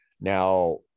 now